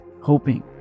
hoping